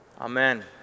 Amen